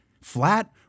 flat